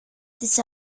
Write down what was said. στις